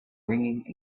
ringing